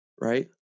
right